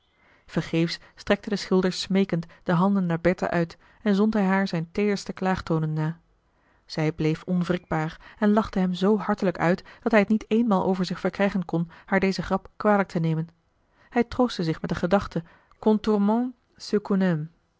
vergeefs strekte de schilder smeekend de handen naar bertha uit en zond hij haar zijn teederste klaagtonen na zij bleef onwrikbaar en lachte hem zoo hartelijk uit dat hij t niet eenmaal over zich verkrijgen kon haar deze grap kwalijktenemen hij troostte zich met de gedachte